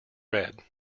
read